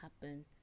happen